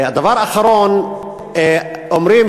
דבר אחרון, אומרים